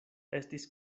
estis